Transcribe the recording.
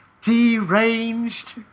deranged